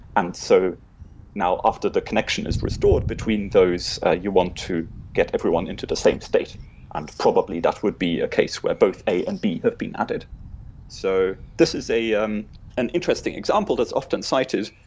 and so now after the connection is restored between those, you want to get everyone into the same state and probably that would be a case where both a and b have been added so this is um an interesting example that's often cited,